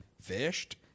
fished